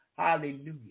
Hallelujah